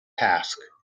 task